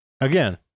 again